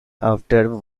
after